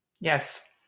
Yes